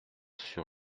sur